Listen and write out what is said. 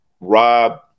Rob